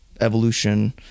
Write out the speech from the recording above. evolution